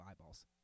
eyeballs